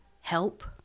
help